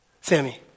Sammy